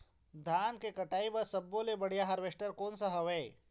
धान के कटाई बर सब्बो ले बढ़िया हारवेस्ट कोन सा हवए?